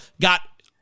got